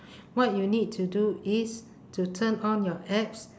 what you need to do is to turn on your apps